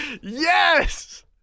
Yes